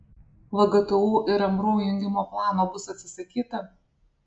vgtu ir mru jungimo plano bus atsisakyta